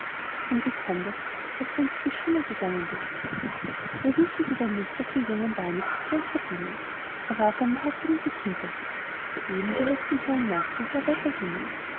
und wie kommt es daß du unter die schüler gegangen bist ja wissen sie denn nicht daß wir jungens damit viel geld verdienen er warf einen hastigen blick hinter sich wo eben die letzten kleinen nachzügler weiter gingen